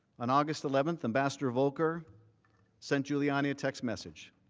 on august eleventh, ambassador volker sent giuliani a text message.